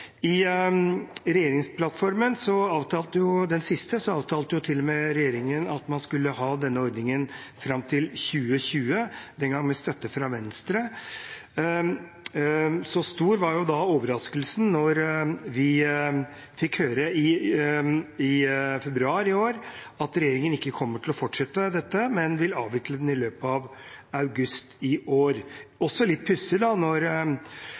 I regjeringsplattformen avtalte regjeringen at man skulle ha denne ordningen fram til 2020, den gang med støtte fra Venstre. Så stor var overraskelsen da vi i februar i år fikk høre at regjeringen ikke kommer til å fortsette med denne ordningen, men vil avvikle den i løpet av august i år. Det er litt pussig at da